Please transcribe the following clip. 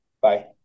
Bye